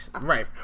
Right